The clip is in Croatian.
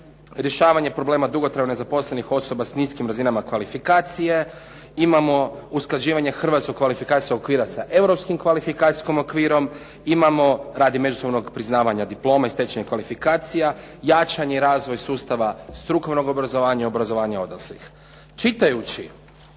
rješavanje problema dugotrajno zaposlenih osoba s niskim razinama kvalifikacije, imamo usklađivanje hrvatskog kvalifikacijskog okvira sa europskim kvalifikacijskim okvirom, imamo radi međusobnog priznavanja diplome i stečenih kvalifikacija, jačanje i razvoj sustava strukovnog obrazovanja i obrazovanja odraslih. Čitajući